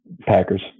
Packers